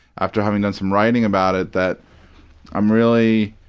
after having done some writing about it, that i'm really